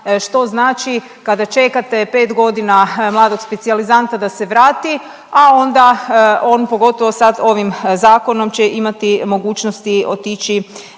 što znači kada čekate 5 godina mladog specijalizanta da se vrati, a onda on pogotovo sad ovim zakonom će imati mogućnosti otići